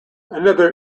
another